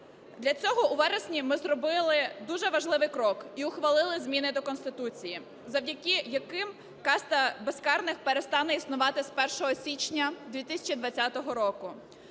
Для цього у вересні ми зробили дуже важливий крок і ухвалили зміни до Конституції, завдяки яким каста безкарних перестане існувати з 1 січня 2020 року.